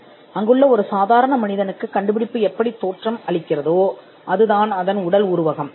எனவே கண்டுபிடிப்பு ஒரு சாதாரண மனிதனுக்கோ அல்லது ஒரு லேபர்சனுக்கோ தோன்றும் விதம் உடல் உருவகமாகும்